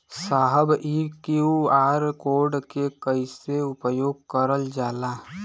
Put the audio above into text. साहब इ QR code के कइसे उपयोग करल जाला?